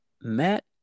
Matt